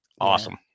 Awesome